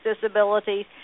disabilities